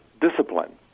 discipline